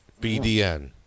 BDN